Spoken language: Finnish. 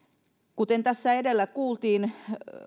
kuten tässä edellä kuultiin